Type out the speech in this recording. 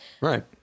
right